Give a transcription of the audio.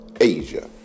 Asia